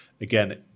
again